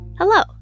Hello